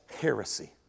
heresy